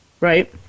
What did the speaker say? right